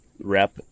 rep